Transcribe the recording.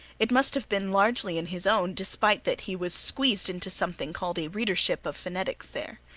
it must have been largely in his own despite that he was squeezed into something called a readership of phonetics there.